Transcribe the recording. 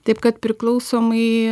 taip kad priklausomai